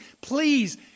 Please